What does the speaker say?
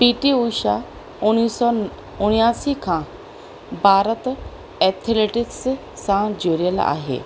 P T Usha उणिवीह सौ उणियासी खां भारत एथेलेटिक्स सां जुड़ियलु आहे